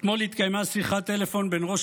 אתמול התקיימה שיחת טלפון בין ראש